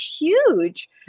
huge